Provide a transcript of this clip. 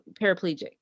paraplegic